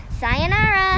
Sayonara